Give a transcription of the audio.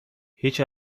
هیچ